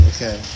Okay